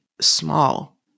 small